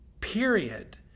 period